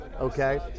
okay